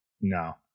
no